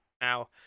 now